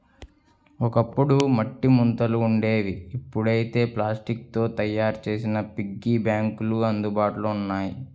ఒకప్పుడు మట్టి ముంతలు ఉండేవి ఇప్పుడైతే ప్లాస్టిక్ తో తయ్యారు చేసిన పిగ్గీ బ్యాంకులు అందుబాటులో ఉన్నాయి